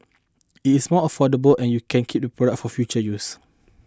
it is more affordable and you can keep the products for future use